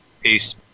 Peace